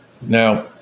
Now